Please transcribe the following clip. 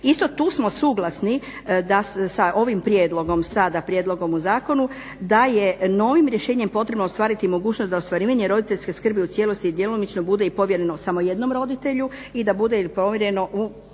Isto tu smo suglasni da sa ovim prijedlogom sada, prijedlog o zakonu, da je novim rješenjem potrebno ostvariti mogućnost da ostvarivanje roditeljske skrbi u cijelosti i djelomično bude i povjereno samo jednom roditelju i da bude ili povjereno